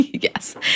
Yes